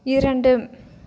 இரண்டு